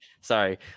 Sorry